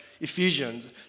Ephesians